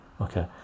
Okay